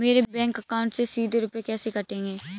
मेरे bank account से सीधे रुपए कैसे कटेंगे?